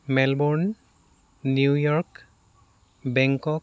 Melbourne New York Bangkok